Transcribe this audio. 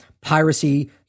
piracy